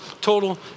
total